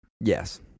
Yes